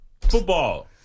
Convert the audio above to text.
football